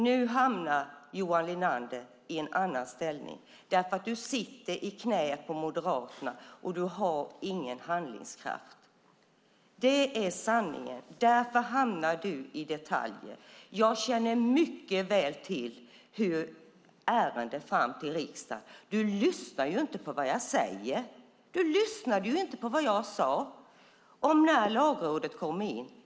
Nu hamnar du i en annan ställning, Johan Linander. Du sitter nämligen i knäet på Moderaterna och har ingen handlingskraft. Det är sanningen. Därför hamnar du i detaljer. Jag känner mycket väl till hur ärendet kommer fram till riksdagen. Du lyssnar inte på vad jag säger. Du lyssnade inte på vad jag sade om när Lagrådet kom in.